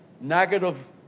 negative